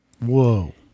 whoa